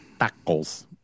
tacos